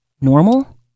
normal